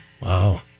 Wow